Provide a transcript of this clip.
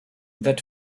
that